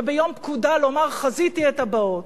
וביום פקודה לומר: חזיתי את הבאות.